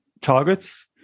targets